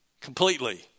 completely